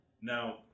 Now